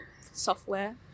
software